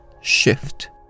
shift